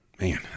Man